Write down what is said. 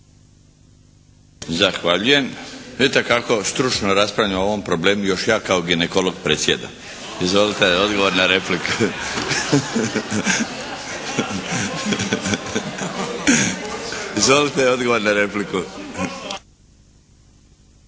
Zahvaljujem. Vidite kako stručno raspravljamo o ovom problemu. Još ja kao ginekolog predsjedam. Izvolite odgovor na repliku. Izvolite odgovor na repliku.